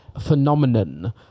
phenomenon